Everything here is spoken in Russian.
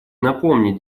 напомнить